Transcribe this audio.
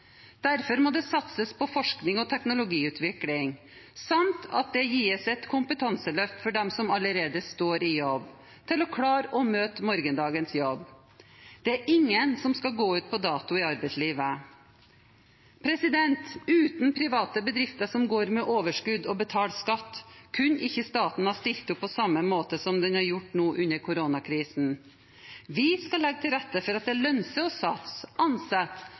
Derfor må det satses på forskning og teknologiutvikling samt at det gis et kompetanseløft for dem som allerede står i jobb, til å klare å møte morgendagens jobb. Det er ingen som skal gå ut på dato i arbeidslivet. Uten private bedrifter som går med overskudd og betaler skatt, kunne ikke staten ha stilt opp på samme måte som den har gjort nå under koronakrisen. Vi skal legge til rette for at det lønner seg å satse, ansette og